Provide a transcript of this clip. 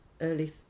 early